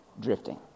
drifting